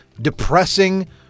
depressing